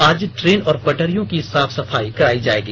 आज ट्रेन और पटरियों की सफाई कराई जाएगी